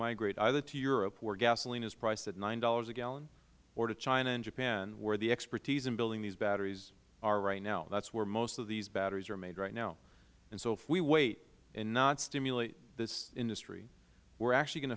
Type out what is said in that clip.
migrate either to europe where gasoline is priced at nine dollars a gallon or to china and japan where the expertise in building the batteries are right now that is where most of these batteries are made right now and so if we wait and not stimulate this industry we are actually going